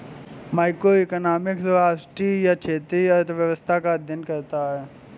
macroeconomics राष्ट्रीय या क्षेत्रीय अर्थव्यवस्था का अध्ययन करता है